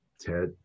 Ted